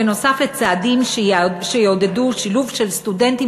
בנוסף לצעדים שיעודדו שילוב של סטודנטים